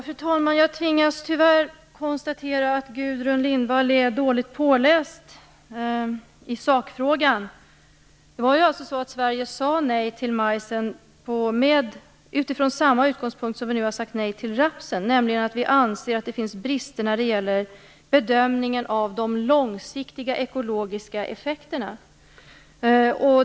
Fru talman! Jag tvingas tyvärr konstatera att Gudrun Lindvall är dåligt påläst i sakfrågan. Sverige sade nej till majsen utifrån samma utgångspunkt som vi nu har sagt nej till rapsen, nämligen att vi anser att det finns brister när det gäller bedömningen av de långsiktiga ekologiska effekterna.